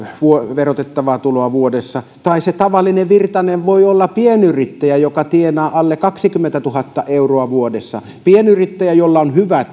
verotettavaa tuloa vuodessa tai se tavallinen virtanen voi olla pienyrittäjä joka tienaa alle kaksikymmentätuhatta euroa vuodessa pienyrittäjä jolla on hyvä